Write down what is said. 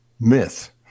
myth